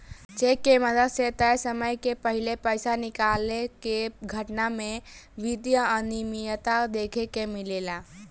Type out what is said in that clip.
check के मदद से तय समय के पाहिले पइसा निकाले के घटना में वित्तीय अनिमियता देखे के मिलेला